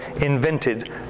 invented